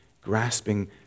grasping